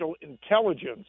intelligence